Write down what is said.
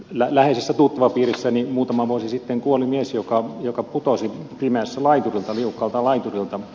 läheisessä tuttavapiirissäni muutama vuosi sitten kuoli mies joka putosi pimeässä liukkaalta laiturilta